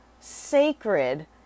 sacred